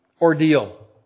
ordeal